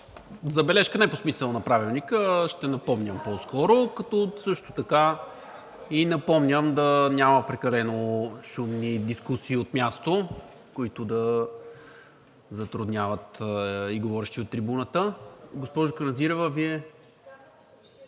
забележка не по смисъла на Правилника, а ще напомням по-скоро, като също така напомням да няма прекалено шумни дискусии от място, които да затрудняват и говорещия от трибуната. Госпожо Каназирева, Вие